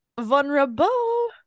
Vulnerable